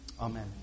Amen